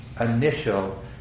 initial